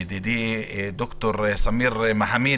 ידידי ד"ר סמיר מחמיד.